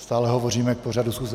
Stále hovoříme k pořadu schůze.